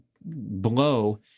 blow